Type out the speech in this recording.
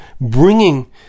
bringing